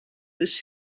this